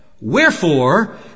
Wherefore